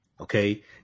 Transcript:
Okay